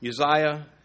Uzziah